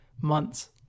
months